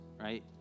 right